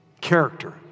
Character